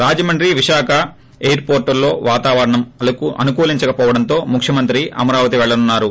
రాజమండ్రి విశాఖ ఎయిర్పోర్టుల్లో వాతావరణం అనుకూలించక పోవడంతో ముఖ్యమంత్రి అమరావతి పెళ్లనున్నారు